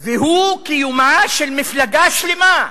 והוא קיומה של מפלגה שלמה,